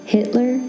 Hitler